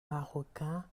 marocain